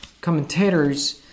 commentators